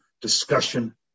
discussion